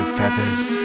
feathers